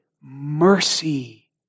mercy